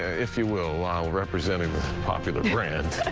if you will, while representing this popular brand.